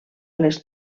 les